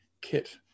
kit